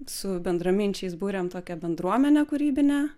su bendraminčiais būrėm tokią bendruomenę kūrybinę